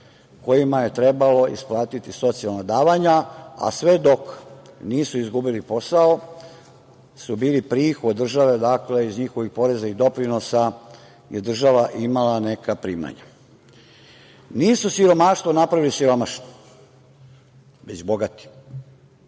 kojima je trebalo isplatiti socijalna davanja, a sve dok nisu izgubili posao su bili prihod države, dakle iz njihovih poreza i doprinosa je država imala neka primanja. Nisu siromaštvo napravili siromašni već bogati.